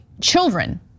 children